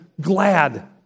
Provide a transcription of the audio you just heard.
glad